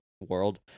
world